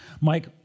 Mike